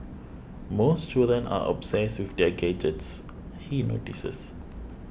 most children are obsessed with their gadgets he notices